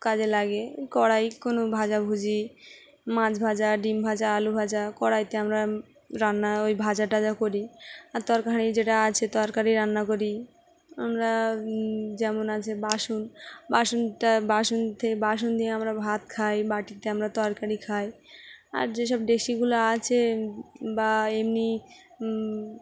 কাজে লাগে কড়াই কোনো ভাজাভুজি মাছ ভাজা ডিম ভাজা আলু ভাজা কড়াইতে আমরা রান্না ওই ভাজা টাজা করি আর তরকারি যেটা আছে তরকারি রান্না করি আমরা যেমন আছে বাসন বাসনটা বাসন থেকে বাসন দিয়ে আমরা ভাত খাই বাটিতে আমরা তরকারি খাই আর যেসব ডেকচিগুলো আছে বা এমনি